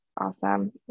awesome